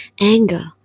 Anger